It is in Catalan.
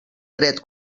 dret